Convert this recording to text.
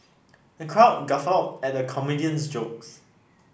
the crowd guffawed at the comedian's jokes